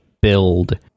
build